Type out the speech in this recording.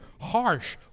harsh